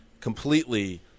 completely –